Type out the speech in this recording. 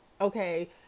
Okay